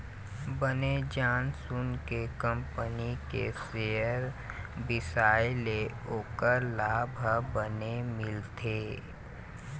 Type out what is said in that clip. बने जान सून के कंपनी के सेयर बिसाए ले ओखर लाभ ह बने मिलथे